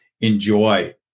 enjoy